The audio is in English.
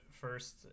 first